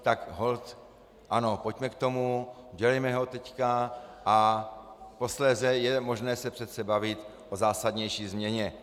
Tak holt ano, pojďme k tomu, dělejme ho teď, a posléze je možné se přece bavit o zásadnější změně.